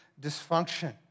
dysfunction